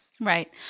Right